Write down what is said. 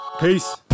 Peace